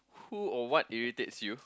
who or what irritates you